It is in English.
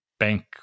bank